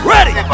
Ready